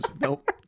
nope